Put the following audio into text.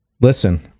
listen